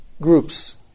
groups